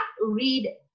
read